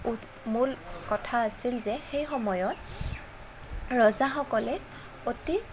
মূল কথা আছিল যে সেই সময়ত ৰজাসকলে অতি